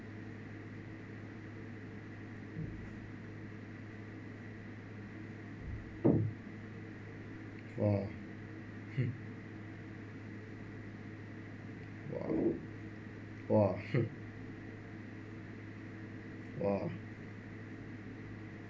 !wah! !wah! !wah! !wah!